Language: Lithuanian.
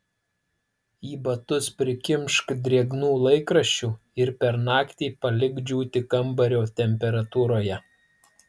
į batus prikimšk drėgnų laikraščių ir per naktį palik džiūti kambario temperatūroje